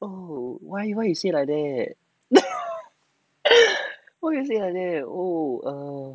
why why why you say like that why you say like that oh err